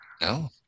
no